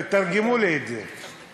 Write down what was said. תתרגמו לי את זה.